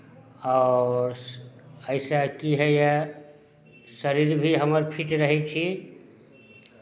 आओर एहिसँ की होइए शरीर भी हमर फिट रहै छी